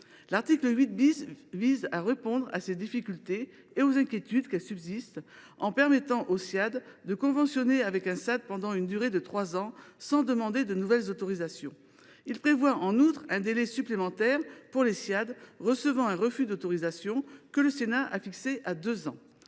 L’article 8 vise à répondre à ces difficultés et aux inquiétudes qu’elles suscitent en permettant aux Ssiad de conventionner avec un SAD pendant une durée de trois ans sans demander de nouvelle autorisation. Il prévoit, en outre, un délai supplémentaire pour les Ssiad essuyant un refus d’autorisation, que le Sénat a fixé à deux ans.